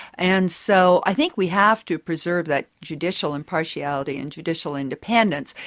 and so, i think we have to preserve that judicial impartiality and judicial independence.